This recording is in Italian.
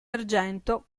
argento